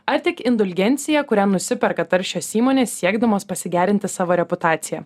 ar tik indulgencija kurią nusiperka taršios įmonės siekdamos pasigerinti savo reputaciją